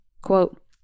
Quote